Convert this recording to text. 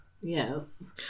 Yes